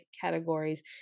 categories